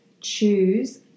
choose